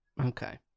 Okay